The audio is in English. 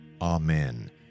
Amen